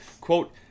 quote